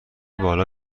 بالا